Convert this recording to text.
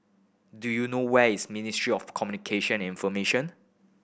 do you know where is Ministry of Communication and Information